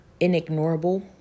inignorable